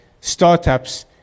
startups